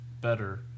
better